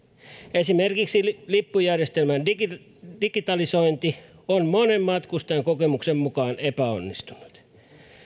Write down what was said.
esimerkiksi lippujärjestelmän digitalisointi digitalisointi on monen matkustajan kokemuksen mukaan epäonnistunut